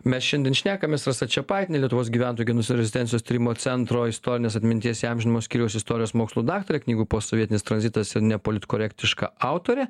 mes šiandien šnekamės rasa čepaitienė lietuvos gyventojų genocido rezistencijos tyrimo centro istorinės atminties įamžinimo skyriaus istorijos mokslų daktarė knygų posovietinis tranzitas ir nepolitkorektiška autorė